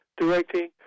directing